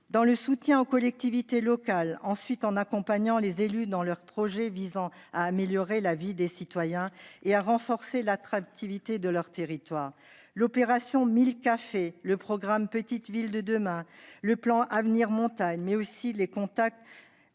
Pour soutenir les collectivités locales, il est prévu d'accompagner les élus dans leurs projets visant à améliorer la vie des citoyens et à renforcer l'attractivité de leur territoire. L'opération Mille cafés, le programme Petites Villes de demain, le plan Avenir montagnes et les contrats